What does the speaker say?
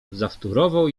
zawtórował